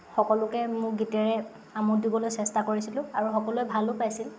সকলোকে মোৰ গীতেৰে অমোদ দিবলৈ চেষ্টা কৰিছিলোঁ আৰু সকলোৱে ভালো পাইছিল